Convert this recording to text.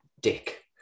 dick